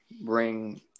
bring